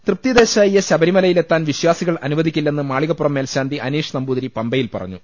തൃപ്തി ദേശായിയെ ശബരിമലയിലെത്താൻ വിശ്വാസികൾ അനുവദിക്കില്ലെന്ന് മാളികപ്പുറം മേൽശാന്തി അനീഷ് നമ്പൂതിരി പമ്പയിൽ പറഞ്ഞു